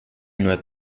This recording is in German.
nur